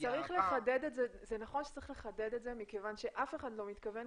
זה נכון שצריך לחדד את זה כיוון שאף אחד לא מתכוון,